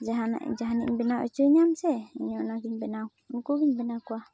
ᱡᱟᱦᱟᱱᱟᱜᱼᱮᱢ ᱵᱮᱱᱟᱣ ᱦᱚᱪᱚᱭᱤᱧᱟᱹᱢ ᱥᱮ ᱚᱱᱟᱜᱮᱧ ᱩᱱᱠᱩᱜᱮᱧ ᱵᱮᱱᱟᱣ ᱠᱚᱣᱟ